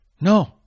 No